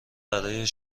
برای